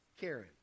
Karen